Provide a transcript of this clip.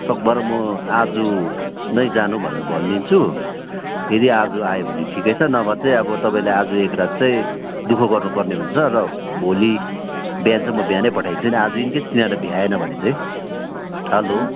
सकभर म आज नै जानु भनेर भनिदिन्छु यदि आज आयो भने ठिकै छ नभए चाहिँ अब तपाईँले आज एक रात चाहिँ दु ख गर्नुपर्ने हुन्छ र भोलि बिहान चाहिँ म बिहानै पठाइदिन्छु नि आज इन केस तिनीहरू भ्याएन भने चाहिँ हेलो